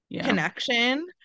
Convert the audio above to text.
connection